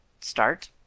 .start